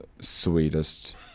sweetest